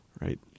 right